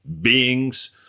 beings